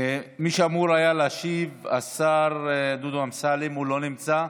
מי שאמור היה להשיב, השר דודו אמסלם, לא נמצא,